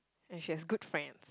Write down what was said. and she has good friend